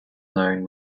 known